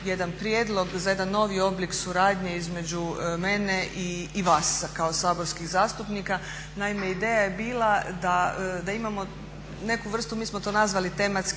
jedan prijedlog za jedan novi oblik suradnje između mene i vas kao saborskih zastupnika. Naime, ideja je bila da imamo neku vrstu, mi smo to nazvali tematski